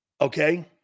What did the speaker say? Okay